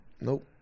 Nope